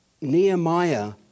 Nehemiah